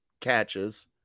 catches